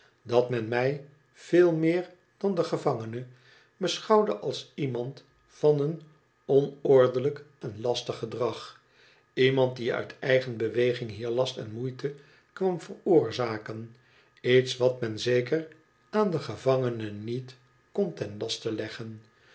dat men mij veel meer dan de gevangene beschouwde als iemand van een onordelijk en lastig gedrag iemand die uit eigen beweging hier last en moeite kwam veroorzaken iets wat men zeker aan den gevangene niet kon ten laste loggen